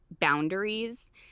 boundaries